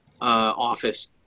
office